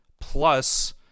plus